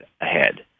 ahead